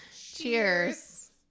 Cheers